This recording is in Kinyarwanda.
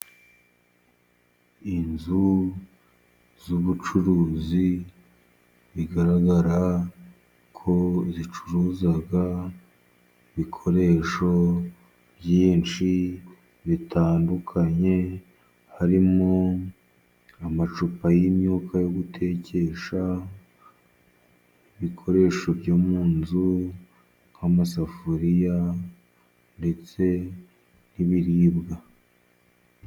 Inzu z'ubucuruzi, bigaragara ko zicuruza ibikoresho byinshi bitandukanye harimo amacupa y'imyuka yo gutekesha, ibikoresho byo mu nzu, nk'amasafuriya, ndetse n'ibiribwa.